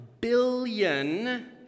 billion